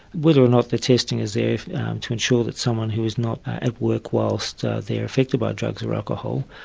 whether or not the testing is there to ensure that someone who's not at work whilst they're affected by drugs or alcohol,